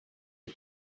des